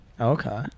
Okay